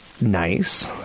nice